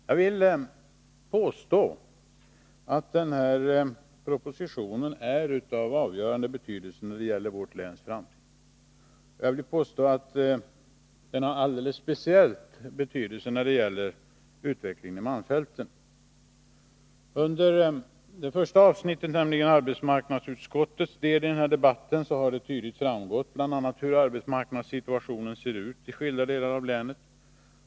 Jag vill påstå att denna proposition är av avgörande betydelse när det gäller vårt läns framtid. Jag vill även påstå att den speciellt har betydelse när det gäller utvecklingen i malmfälten. Under arbetsmarknadsutskottets del i denna debatt har det tydligt framgått bl.a. hur arbetsmarknadssituationen ser ut i skilda delar av länet.